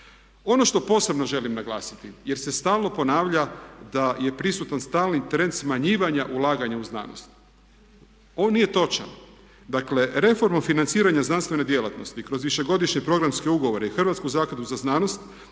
Ono što posebno želim naglasiti jer se stalno ponavlja da je prisutan stalni trend smanjivanja ulaganja u znanosti, on nije točan. Dakle, reformom financiranja znanstvene djelatnosti kroz višegodišnje programske ugovore i Hrvatsku zakladu za znanost